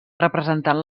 representant